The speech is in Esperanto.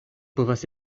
povas